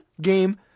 game